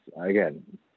Again